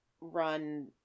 run